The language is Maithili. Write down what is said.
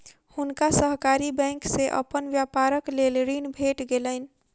हुनका सहकारी बैंक से अपन व्यापारक लेल ऋण भेट गेलैन